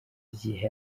igihe